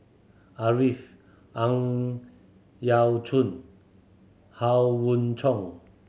Arifin Ang Yau Choon Howe Chong